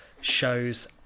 shows